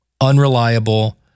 unreliable